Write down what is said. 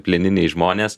plieniniai žmonės